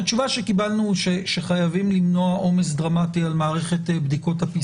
התשובה שקיבלנו היא שחייבים למנוע עומס דרמטי על מערכת בדיקות ה-PCR.